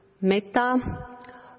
Metta